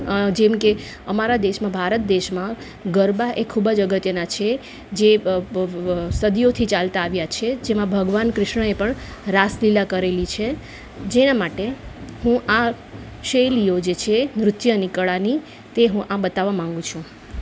જેમકે અમારા દેશમાં ભારત દેશમાં ગરબા એ ખૂબ જ અગત્યના છે જે સદીઓથી ચાલતા આવ્યા છે જેમાં ભગવાન કૃષ્ણએ પણ રાસલીલા કરેલી છે જેના માટે હું આ શૈલીઓ જે છે નૃત્યની કળાની તે હું આ બતાવવા માગું છું